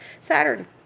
Saturn